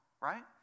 right